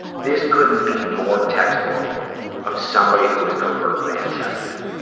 this couldn't be more textbook of somebody who is covertly incested.